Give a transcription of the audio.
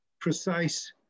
precise